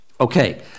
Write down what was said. Okay